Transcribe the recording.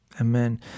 Amen